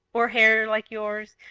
or hair like yours,